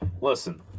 listen